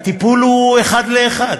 הטיפול הוא אחד לאחד.